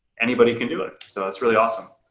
anybody can do it. so that's really awesome.